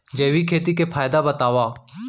जैविक खेती के फायदा बतावा?